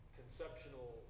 conceptual